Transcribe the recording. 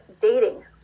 dating